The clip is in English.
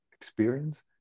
experience